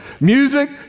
Music